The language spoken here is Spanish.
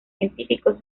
científicos